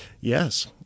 Yes